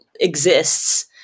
exists